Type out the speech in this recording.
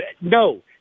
No